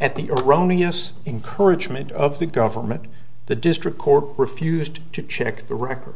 at the erroneous encouragement of the government the district court refused to check the record